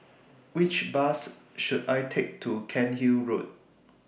Which Bus should I Take to Cairnhill Road